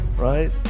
right